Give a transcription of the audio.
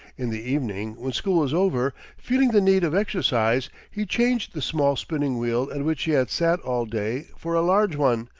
in the evening, when school was over, feeling the need of exercise, he changed the small spinning-wheel at which he had sat all day for a large one,